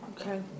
Okay